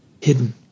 hidden